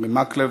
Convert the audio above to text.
אורי מקלב,